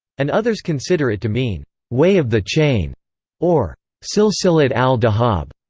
and others consider it to mean way of the chain or silsilat al-dhahab.